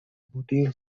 بودیم